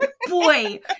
Boy